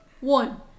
One